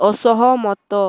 ଅସହମତ